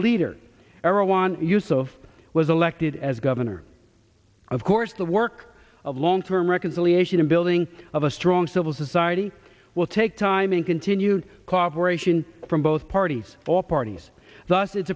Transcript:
iran use of was elected as governor of course the work of long term reconciliation and building of a strong civil society will take time in continued cooperation from both parties all parties